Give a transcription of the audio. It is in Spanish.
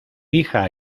hija